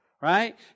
right